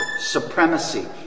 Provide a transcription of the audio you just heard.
supremacy